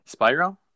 Spyro